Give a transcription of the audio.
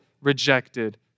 rejected